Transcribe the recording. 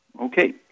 Okay